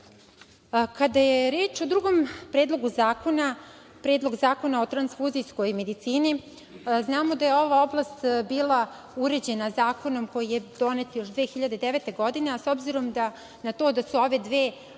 je reč o drugom predlogu zakona, Predlog zakona o transfuzijskoj medicini, znamo da je ova oblast bila uređena zakonom koji je donet još 2009. godine, a s obzirom na to da su ove dve oblasti,